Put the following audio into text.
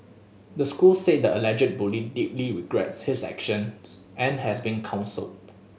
the school said the alleged bully deeply regrets his actions and has been counselled